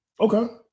Okay